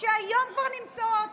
שכבר היום נמצאות